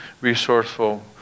resourceful